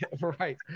right